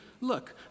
Look